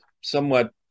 somewhat